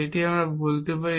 এটি আমি বলতে পারি